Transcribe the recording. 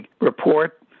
report